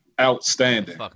Outstanding